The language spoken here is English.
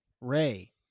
Ray